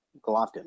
Golovkin